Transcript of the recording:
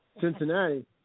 Cincinnati